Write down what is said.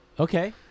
Okay